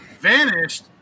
vanished